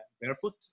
barefoot